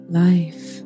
life